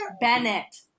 Bennett